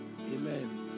Amen